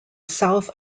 south